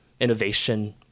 innovation